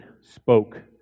spoke